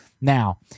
Now